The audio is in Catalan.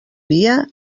dia